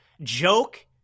joke